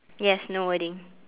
yes no wording